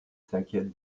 s’inquiète